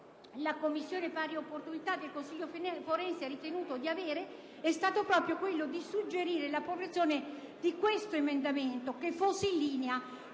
la commissione pari opportunità del Consiglio forense ha ritenuto di avere è stato proprio quello di suggerire la produzione di questo emendamento, con un testo in linea